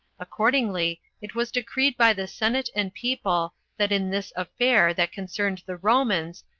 accordingly, it was decreed by the senate and people, that in this affair that concerned the romans,